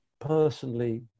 personally